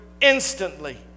instantly